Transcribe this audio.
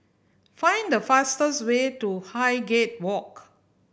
find the fastest way to Highgate Walk